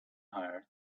hire